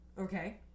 Okay